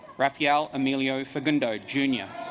raphael emilio facundo jr.